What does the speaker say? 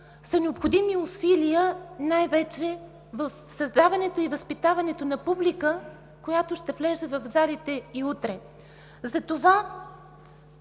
са необходими усилия най-вече в създаването и възпитаването на публика, която ще влезе в залите и утре. Затова,